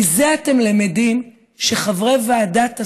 מזה אתם למדים שחברי ועדת הסל,